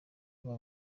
aba